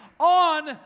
On